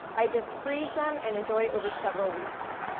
i just freeze them and enjoy over several weeks.